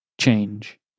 change